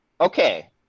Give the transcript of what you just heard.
okay